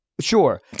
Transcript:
Sure